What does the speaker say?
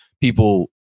people